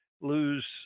lose